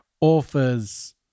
authors